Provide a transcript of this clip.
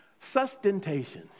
Sustentation